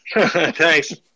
Thanks